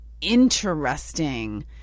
interesting